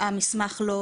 המסמך לא